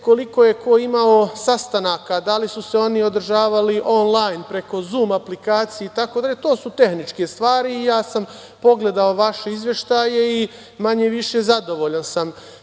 koliko je ko imao sastanaka, da li su se oni održavali onlajn, preko zum aplikacije itd. To su tehničke stvari i ja sam pogledao vaše izveštaje i manje više zadovoljan sam.